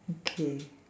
okay